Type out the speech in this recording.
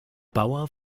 bauer